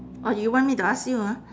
or you want me to ask you ah